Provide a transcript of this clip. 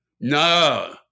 No